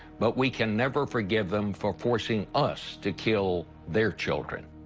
but we can never forgive them for forcing us to kill their children.